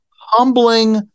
humbling